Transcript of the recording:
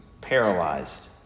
paralyzed